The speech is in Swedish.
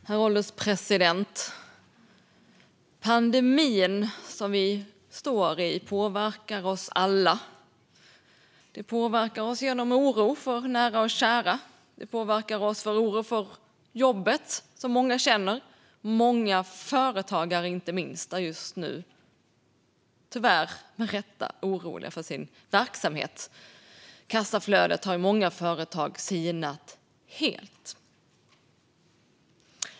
Herr ålderspresident! Pandemin som vi står i påverkar oss alla. Den påverkar oss genom oro för nära och kära. Den påverkar oss genom oro för jobbet. Inte minst företagare är just nu tyvärr med rätta oroliga för sin verksamhet. Kassaflödet har i många företag sinat helt.